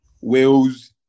Wales